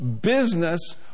business